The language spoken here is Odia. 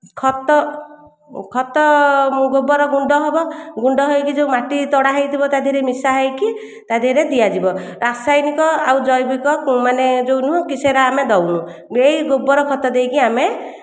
ଖତ ଖତ ମୁଁ ଗୋବର ଗୁଣ୍ଡ ହବ ଗୁଣ୍ଡ ହେଇକି ଯୋଉ ମାଟି ତଡ଼ା ହେଇଥିବ ତା ଦେହରେ ମିଶା ହେଇକି ତା ଦେହରେ ଦିଆଯିବ ରାସାୟନିକ ଆଉ ଜୈବିକ ମାନେ ଯୋଉ ନୁହଁ କି ସେଗୁଡ଼ା ଆମେ ଦଉନୁ ମୁଁ ଏଇ ଗୋବର ଖତ ଦେଇକି ଆମେ